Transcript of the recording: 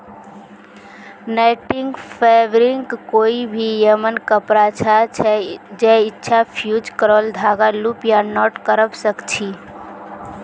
netting fabric कोई भी यममन कपड़ा छ जैइछा फ़्यूज़ क्राल धागाक लूप या नॉट करव सक छी